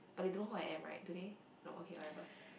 but they don't know who I am right do they no okay whatever